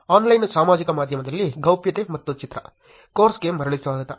ಕೋರ್ಸ್ಗೆ ಮರಳಿ ಸ್ವಾಗತ